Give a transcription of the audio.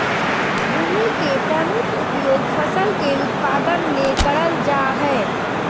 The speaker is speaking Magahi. भूमि के प्रमुख उपयोग फसल के उत्पादन ले करल जा हइ